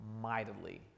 mightily